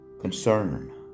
concern